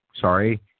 sorry